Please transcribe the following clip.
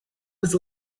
was